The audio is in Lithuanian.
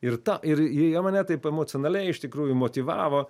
ir ta ir ir jie mane taip emocionaliai iš tikrųjų motyvavo